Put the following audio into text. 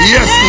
Yes